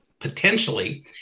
potentially